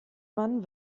man